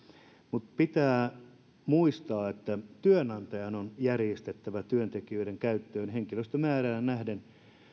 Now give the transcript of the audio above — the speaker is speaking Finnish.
mutta pitää muistaa että työnantajan on järjestettävä työntekijöiden käyttöön henkilöstömäärään nähden